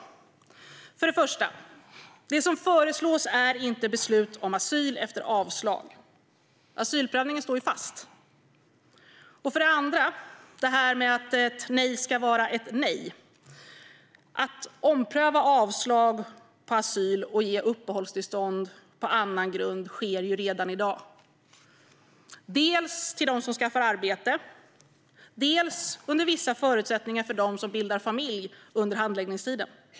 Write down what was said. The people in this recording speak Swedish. För det första är det som föreslås inte beslut om asyl efter avslag. Asylprövningen står fast. För det andra gäller det detta med att ett nej ska vara ett nej. Att ompröva avslag på asylansökan och ge uppehållstillstånd på annan grund sker redan i dag. Det gäller dels dem som skaffar arbete, dels under vissa förutsättningar dem som bildar familj under handläggningstiden.